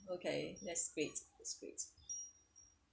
okay that's great sweets